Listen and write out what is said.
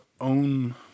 own